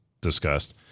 discussed